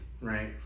right